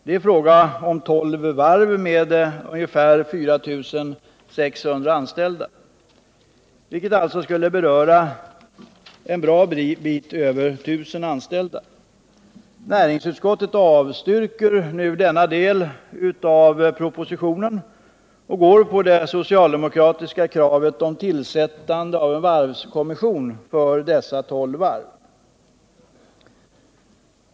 Det är fråga om tolv varv med ungefär 4 600 anställda, och en sådan neddragning skulle alltså kunna beröra en bra bit över 1 000 anställda. Näringsutskottet avstyrker denna del av propositionen och ställer sig bakom det socialdemokratiska kravet på tillsättande av en varvskommission för dessa tolv varv.